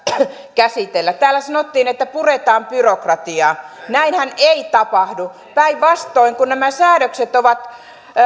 käsitellä täällä sanottiin että puretaan byrokratiaa näinhän ei tapahdu päinvastoin kun nämä säädökset ovat